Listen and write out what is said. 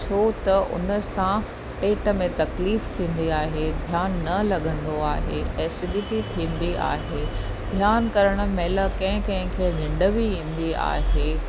छो त उन सां पेट में तकलीफ़ थींदी आहे ध्यानु न लॻंदो आहे एसीडिटी थींदी आहे ध्यानु करण महिल कंहिं कंहिंखे निंड बि ईंदी आहे